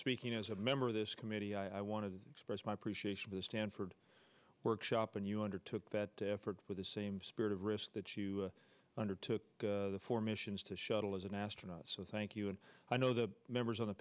speaking as a member of this committee i want to express my appreciation for the stanford workshop and you undertook that effort with the same spirit of risk that you undertook for missions to shuttle as an astronaut so thank you and i know the members of the